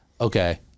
okay